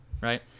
right